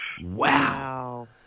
Wow